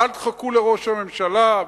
ואל תחכו לראש הממשלה,